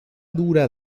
dura